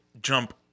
jump